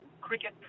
cricket